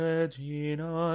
Regina